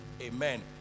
amen